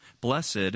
Blessed